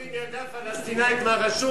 אם היו חוטפים ילדה פלסטינית מהרשות,